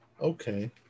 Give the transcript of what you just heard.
Okay